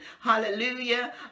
hallelujah